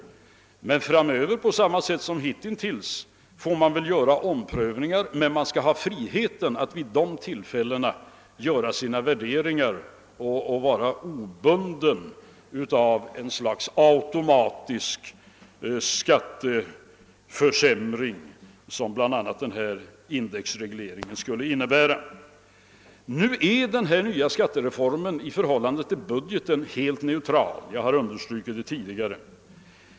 Framöver får man väl på samma sätt som hitintills göra omprövningar, men man skall ha frihet att vid dessa tillfällen göra sina värderingar obundna av ett slags automatisk skatteförsämring, som bl.a. den här indexregleringen skulle innebära. Den nya skattereformen är i förhållande till budgeten helt neutral; jag har understrukit det tidigare.